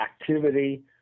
activity